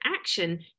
action